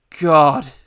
god